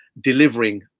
delivering